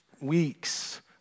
weeks